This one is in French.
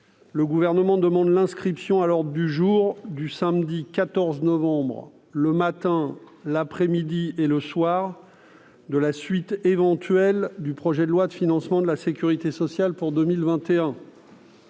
le Gouvernement demande l'inscription à l'ordre du jour du samedi 14 novembre, le matin, l'après-midi et le soir, de la suite éventuelle du projet de loi de financement de la sécurité sociale pour 2021.